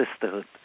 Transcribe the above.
sisterhood